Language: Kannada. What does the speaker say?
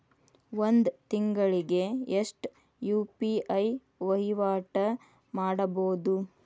ಒಂದ್ ತಿಂಗಳಿಗೆ ಎಷ್ಟ ಯು.ಪಿ.ಐ ವಹಿವಾಟ ಮಾಡಬೋದು?